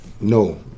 no